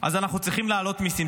אז אנחנו צריכים להעלות מיסים.